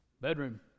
Bedroom